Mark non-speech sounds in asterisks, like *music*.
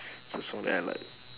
*breath* it's a song that I like